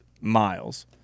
miles